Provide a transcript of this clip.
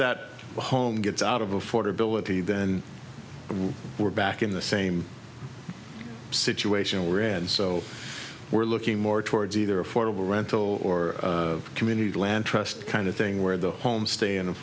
that home gets out of affordability then we're back in the same situation we're in and so we're looking more towards either affordable rental or community land trust kind of thing where the home stay in